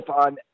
on